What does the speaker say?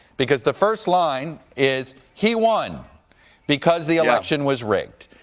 because the first line is, he won because the election was rigged.